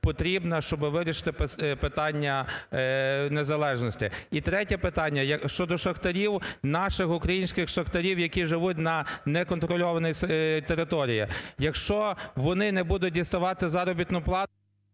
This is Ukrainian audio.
потрібна, щоби вирішити питання незалежності. І третє питання щодо шахтарів, наших українських шахтарів, які живуть на неконтрольованій території. Якщо вони не будуть діставати заробітну плату...